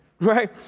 right